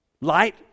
light